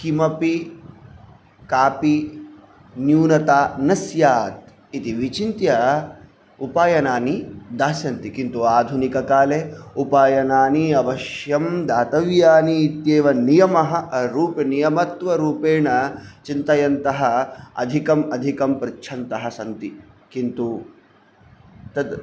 किमपि कापि न्यूनता न स्यात् इति विचिन्त्य उपायनानि दास्यन्ति किन्तु आधुनिककाले उपायनानि अवश्यं दातव्यानि इत्येव नियमः रूप् नियमत्वरूपेण चिन्तयन्तः अधिकम् अधिकं पृच्छन्तः सन्ति किन्तु तद्